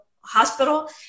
hospital